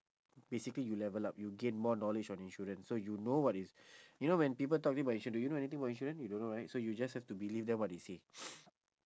basically you level up you gain more knowledge on insurance so you know what is you know when people talking about insurance do you know anything about insurance you don't know right so you just have to believe them what they say